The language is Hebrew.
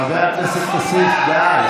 חבר הכנסת כסיף, די.